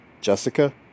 Jessica